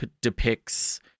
Depicts